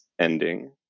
ending